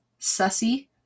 Sussy